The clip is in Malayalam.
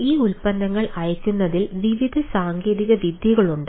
ഈ ഉൽപ്പന്നങ്ങൾ അയയ്ക്കുന്നതിൽ വിവിധ സാങ്കേതിക വിദ്യകൾ ഉണ്ട്